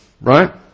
right